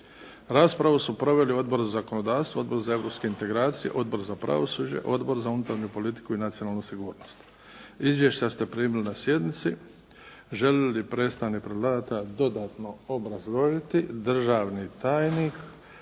Raspravu su proveli Odbor za zakonodavstvo, Odbor za europske integracije, Odbor za pravosuđe, Odbor za unutarnju politiku i nacionalnu sigurnost. Izvješća ste primili na sjednici. Želi li predstavnik predlagatelja dodatno obrazložiti? Državni tajnik